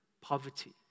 poverty